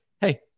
hey